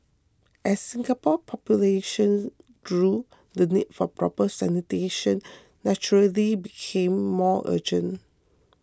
as Singapore's population grew the need for proper sanitation naturally became more urgent